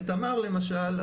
בתמר למשל,